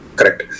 Correct